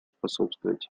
способствовать